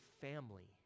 family